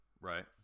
right